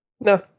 No